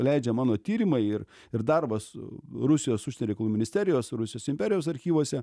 leidžia mano tyrimai ir ir darbas su rusijos užsienio reikalų ministerijos rusijos imperijos archyvuose